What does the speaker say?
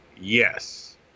Yes